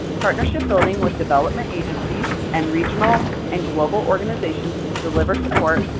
partnership building with development agencies and regional and global organizations to deliver support,